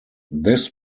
this